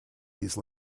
these